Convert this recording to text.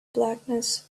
blackness